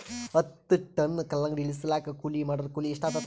ಹತ್ತ ಟನ್ ಕಲ್ಲಂಗಡಿ ಇಳಿಸಲಾಕ ಕೂಲಿ ಮಾಡೊರ ಕೂಲಿ ಎಷ್ಟಾತಾದ?